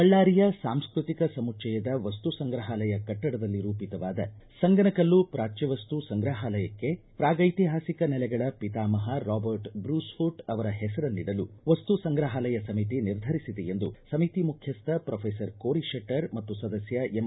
ಬಳ್ಳಾರಿಯ ಸಾಸ್ತತಿಕ ಸಮುಚ್ಚಯದ ವಸ್ತು ಸಂಗ್ರಹಾಲಯ ಕಟ್ಟಡದಲ್ಲಿ ರೂಪಿತವಾದ ಸಂಗನಕಲ್ಲು ಪ್ರಾಚ್ಯವಸ್ತು ಸಂಗ್ರಹಾಲಯಕ್ಕೆ ಪ್ರಾಗ್ಯೆತಿಹಾಸಿಕ ನೆಲೆಗಳ ಪಿತಾಮಹ ರಾಬರ್ಟ್ ಬ್ರೂಸ್ಫೂಟ್ ಅವರ ಹೆಸರನ್ನಿಡಲು ವಸ್ತು ಸಂಗ್ರಹಾಲಯ ಸಮಿತಿ ನಿರ್ಧರಿಸಿದೆ ಎಂದು ಸಮಿತಿ ಮುಖ್ಯಸ್ ಪೆ್ರೊಫೆಸರ್ ಕೋರಿಶೆಟ್ಟರ್ ಮತ್ತು ಸದಸ್ಕ ಎಂ